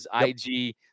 IG